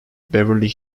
beverly